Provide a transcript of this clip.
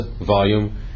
volume